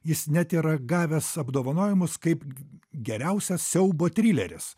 jis net yra gavęs apdovanojimus kaip geriausias siaubo trileris